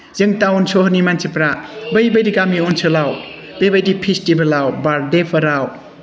जों टाउन सहरनि मानसिफोरा बैबायदि गामि ओनसोलाव बेबायदि फेस्टिभेलाव बार्डेफोराव